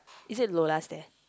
is it Lola's there